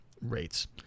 rates